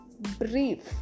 brief